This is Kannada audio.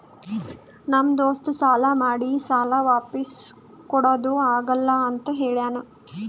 ನಮ್ ದೋಸ್ತ ಸಾಲಾ ಮಾಡಿ ಸಾಲಾ ವಾಪಿಸ್ ಕುಡಾದು ಆಗಲ್ಲ ಅಂತ ಹೇಳ್ಯಾನ್